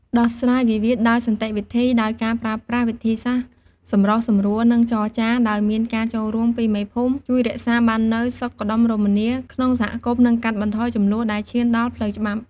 ដោះស្រាយវិវាទដោយសន្តិវិធី ដោយការប្រើប្រាស់វិធីសាស្រ្តសម្រុះសម្រួល និងចរចា ដោយមានការចូលរួមពីមេភូមិ ជួយរក្សាបាននូវសុខដុមរមនាក្នុងសហគមន៍ និងកាត់បន្ថយជម្លោះដែលឈានដល់ផ្លូវច្បាប់។